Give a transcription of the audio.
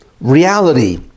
reality